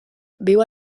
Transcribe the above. viu